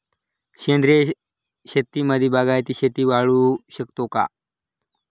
सेंद्रिय शेतीमध्ये बागायती शेती वाढवू शकतो का?